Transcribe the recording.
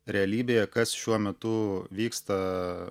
realybėje kas šiuo metu vyksta